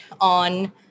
on